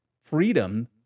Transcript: freedom